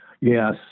Yes